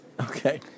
Okay